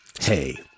hey